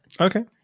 Okay